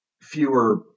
fewer